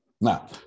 Now